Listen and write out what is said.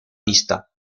vista